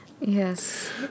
yes